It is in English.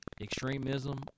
Extremism